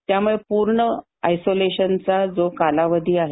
त्यामुळे पूर्ण आयसोलेशनचा जो कालावधी आहे